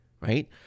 right